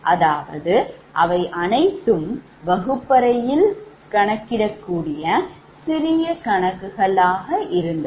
அதாவது அவை அனைத்தும் வகுப்பறையில் கணக்கிடக்கூடிய சிறிய கணக்குகள் ஆக இருந்தது